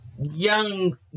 young